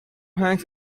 hanks